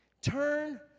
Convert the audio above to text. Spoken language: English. Turn